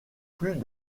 plus